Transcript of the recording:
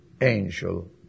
angel